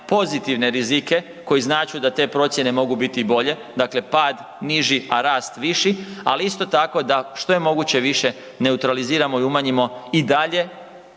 pozitivne rizike koji značu da te procjene mogu biti i bolje, dakle pad niži, a rast viši, ali isto tako da što je moguće više neutraliziramo i umanjimo i dalje